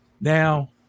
Now